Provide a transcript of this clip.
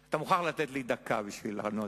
אתה מוכרח לתת לי דקה לענות.